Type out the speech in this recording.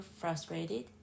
frustrated